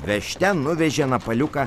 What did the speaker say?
vežte nuvežė napaliuką